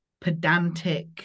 pedantic